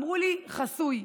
אמרו לי שזה חסוי.